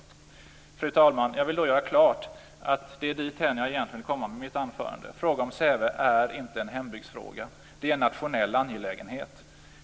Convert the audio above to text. Fru talman! Jag vill göra klart, och det är dithän jag egentligen vill komma med mitt anförande, att frågan om Säve inte är en hembygdsfråga. Det är en nationell angelägenhet.